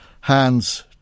hands